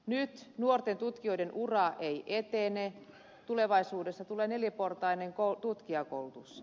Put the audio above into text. nyt nuorten tutkijoiden ura ei etene tulevaisuudessa tulee neliportainen tutkijakoulutus